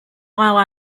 while